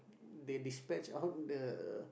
they dispatch out the